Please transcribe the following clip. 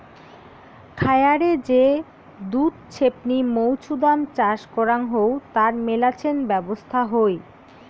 খায়ারে যে দুধ ছেপনি মৌছুদাম চাষ করাং হউ তার মেলাছেন ব্যবছস্থা হই